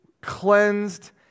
cleansed